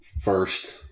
first